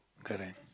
correct